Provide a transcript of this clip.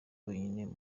wenyine